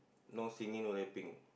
no singing not that pink